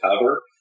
cover